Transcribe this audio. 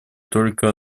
только